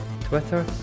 Twitter